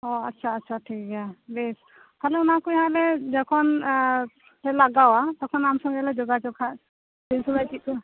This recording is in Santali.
ᱦᱮᱸ ᱟᱪᱪᱷᱟ ᱟᱪᱪᱷᱟ ᱴᱷᱤᱠ ᱜᱮᱭᱟ ᱵᱮᱥ ᱟᱞᱮ ᱚᱱᱟ ᱠᱚ ᱱᱟᱦᱟᱸᱜ ᱞᱮ ᱡᱚᱠᱷᱚᱱ ᱟᱨ ᱞᱟᱜᱟᱣᱟ ᱛᱚᱠᱷᱚᱱ ᱟᱢ ᱥᱚᱸᱜᱮᱞᱮ ᱡᱚᱜᱟᱡᱳᱜᱽ ᱟ ᱩᱱ ᱥᱚᱢᱚᱭ ᱠᱤᱪᱷᱩ